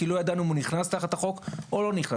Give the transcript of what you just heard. כי לא ידענו אם הוא נכנס תחת החוק או לא.